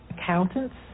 accountants